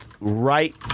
right